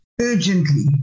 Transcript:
Urgently